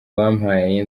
bampaye